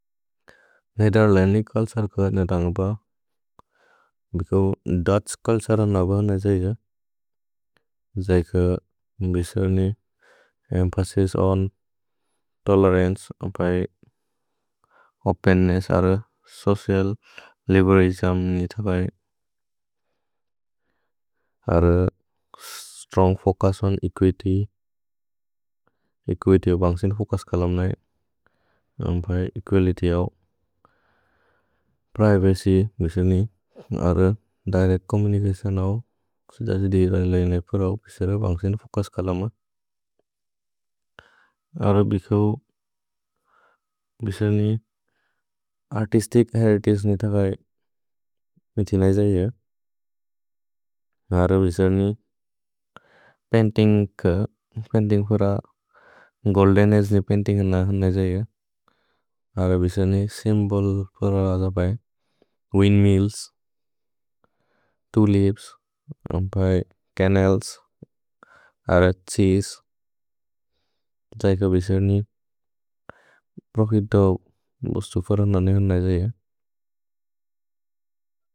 निदर्लेनि culture कुअ निदन्ग्ब। भिको Dutch culture नब नज इज। जैक मिसल्नि, emphasis on tolerance, openness, social liberalism, strong focus on equity. Equality अव् बन्सिन् फोकस् कलम् नै। एकुअलित्य् अव् प्रिवच्य् मिसल्नि। दिरेच्त् चोम्मुनिचतिओन् अव्। सुजास् दि लनि-लनि नै पुर अव्। भिसल् न बन्सिन् फोकस् कलम्। भिको मिसल्नि, अर्तिस्तिच् हेरितगे निदगै। मिथिन इज इज। भिको मिसल्नि, पैन्तिन्ग् कुअ। पैन्तिन्ग् फुर, गोल्देन् अगे नि पैन्तिन्ग् नन नज इज। भिको मिसल्नि, स्य्म्बोल् फुर अदबै। Windmills, tulips. छनल्स्, छीसे, जैक मिसल्नि, प्रोफित् अव् बुस्तु फुर नन नज इज।